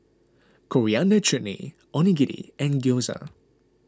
Coriander Chutney Onigiri and Gyoza